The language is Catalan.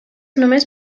només